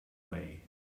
way